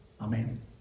Amen